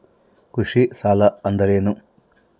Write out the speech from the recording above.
ಕೃಷಿ ಸಾಲ ಅಂದರೇನು?